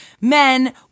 men